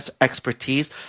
expertise